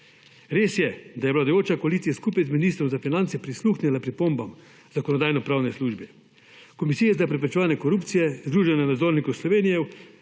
Res je, da je vladajoča koalicija skupaj z ministrom za finance prisluhnila pripombam Zakonodajno-pravne službe, Komisije za preprečevanje korupcije, Združenja nadzornikov Slovenije